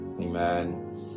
Amen